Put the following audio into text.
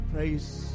Praise